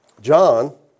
John